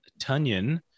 Tunyon